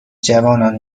جوانان